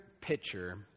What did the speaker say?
picture